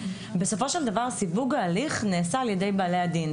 בסופו של דבר סיווג ההליך נעשה על ידי בעלי הדין.